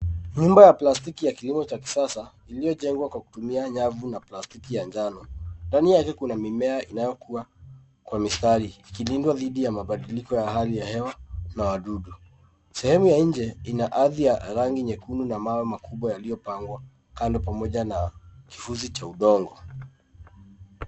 Nyumba ya plastiki ya kilimo cha kisasa iliyojengwa kwa kutumia nyavu na plastiki ya njano. Ndani yake kuna mimea inayokuwa kwa mistari ikilindwa dhidi ya mabadiliko ya hali ya hewa na wadudu. Sehemu ya nje ina ardhi ya rangi nyekundu na mawe makubwa yaliyopangwa kando pamoja na kifuzi cha udongo.